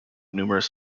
numerous